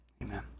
Amen